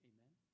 Amen